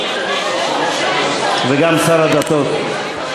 וגם שר הדתות.